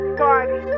party